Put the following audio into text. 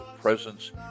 presence